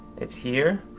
it's here,